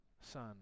son